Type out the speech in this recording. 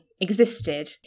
existed